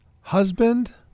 husband